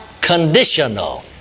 conditional